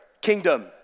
kingdom